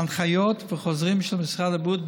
הנחיות וחוזרים של משרד הבריאות,